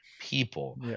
people